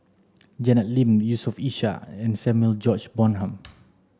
Janet Lim Yusof Ishak and Samuel George Bonham